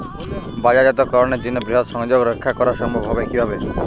বাজারজাতকরণের জন্য বৃহৎ সংযোগ রক্ষা করা সম্ভব হবে কিভাবে?